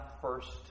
first